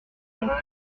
contrat